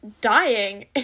dying